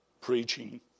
preaching